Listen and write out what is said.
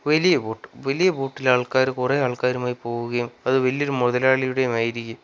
വലിയ ബോട്ട് വലിയ ബോട്ടില് ആൾക്കാര് കുറേ ആൾക്കാരുമായി പോവുകയും അത് വലിയൊരു മുതലാളിയുടേതുമായിരിക്കും